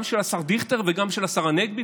גם של השר דיכטר וגם של השר הנגבי,